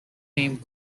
came